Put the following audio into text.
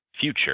future